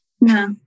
no